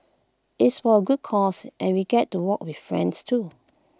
it's for A good cause and we get to walk with friends too